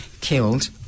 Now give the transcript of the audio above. killed